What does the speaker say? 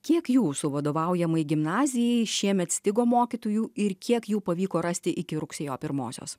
kiek jūsų vadovaujamai gimnazijai šiemet stigo mokytojų ir kiek jų pavyko rasti iki rugsėjo pirmosios